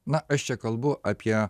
na aš čia kalbu apie